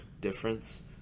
difference